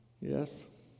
Yes